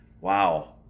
wow